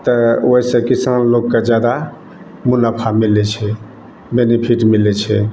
तऽ ओहि सऽ किसान लोकके जादा मुनाफा मिलै छै बेनिफिट मिलै छै